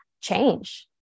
change